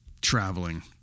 traveling